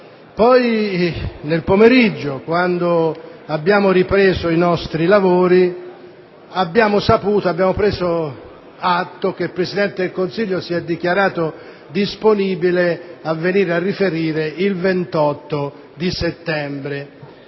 poi nel pomeriggio, quando abbiamo ripreso i nostri lavori, abbiamo saputo che il Presidente del Consiglio si è dichiarato disponibile a venire a riferire il 28 settembre.